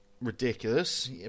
ridiculous